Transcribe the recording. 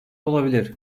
olabilir